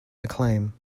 acclaim